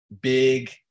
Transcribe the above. big